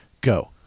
Go